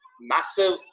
massive